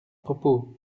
propos